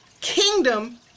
kingdom